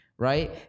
right